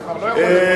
זה כבר לא יכול להיות,